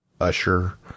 Usher